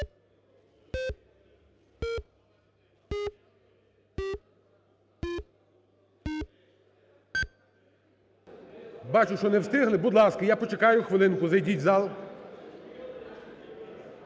Бачу, що не встигли. Будь ласка, я почекаю хвилинку, зайдіть в зал.